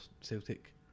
celtic